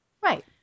Right